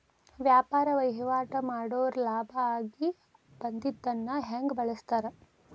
ವ್ಯಾಪಾರ್ ವಹಿವಾಟ್ ಮಾಡೋರ್ ಲಾಭ ಆಗಿ ಬಂದಿದ್ದನ್ನ ಹೆಂಗ್ ಬಳಸ್ತಾರ